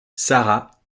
sarah